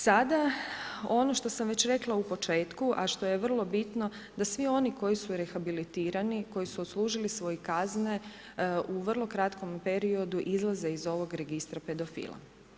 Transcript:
Sada, ono što sam već rekla u početku, a što je vrlo bitno, da svi oni koji su rehabilitirani, koji su odslužili svoje kazne u vrlo kratkom periodu izlaze iz ovog registra pedofila.